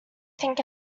think